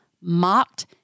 mocked